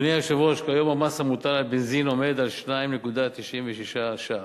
כיום המס המוטל על בנזין עומד על 2.96 ש"ח,